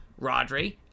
Rodri